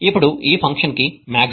ఇప్పుడు ఈ ఫంక్షన్ కి మాక్సిమా వద్ద x 1